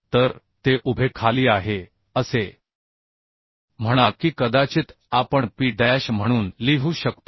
तर ते उभे खाली आहे असे म्हणा की कदाचित आपण p डॅश म्हणून लिहू शकतो